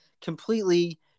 completely